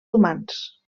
humans